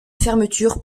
fermeture